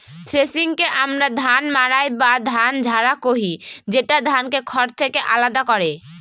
থ্রেশিংকে আমরা ধান মাড়াই বা ধান ঝাড়া কহি, যেটা ধানকে খড় থেকে আলাদা করে